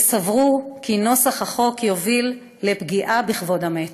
שסברו כי נוסח החוק יוביל לפגיעה בכבוד המת.